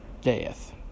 death